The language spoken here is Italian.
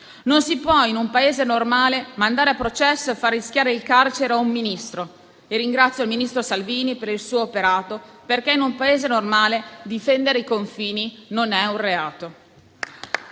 Non si può, in un Paese normale, mandare a processo e far rischiare il carcere a un Ministro. Al riguardo, ringrazio il ministro Salvini per il suo operato, perché in un Paese normale difendere i confini non è un reato.